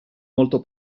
molto